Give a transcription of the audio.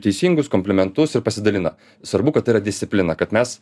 teisingus komplimentus ir pasidalina svarbu kad tai yra disciplina kad mes